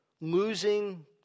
Losing